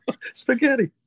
spaghetti